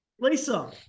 Lisa